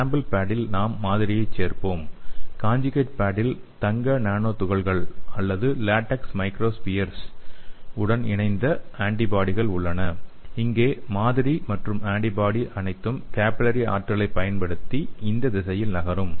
sample பேடில் நாம் மாதிரியைச் சேர்ப்போம் கான்ஜுகேட் பேடில் தங்க நானோ துகள்கள் அல்லது லேடெக்ஸ் மைக்ரோஸ்பியர்ஸுடன் இணைந்த ஆன்டிபாடிகள் உள்ளன இங்கே மாதிரி மற்றும் ஆன்டிபாடி அனைத்தும் கேபில்லரி ஆற்றலைப் பயன்படுத்தி இந்த திசையில் நகரும்